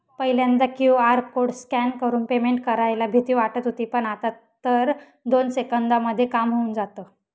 पहिल्यांदा QR code scan करून payment करायला भीती वाटत होती पण, आता तर दोन सेकंदांमध्ये काम होऊन जातं